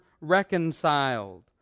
reconciled